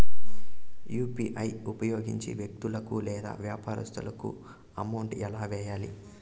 UPI ఉపయోగించి వ్యక్తులకు లేదా వ్యాపారస్తులకు అమౌంట్ ఎలా వెయ్యాలి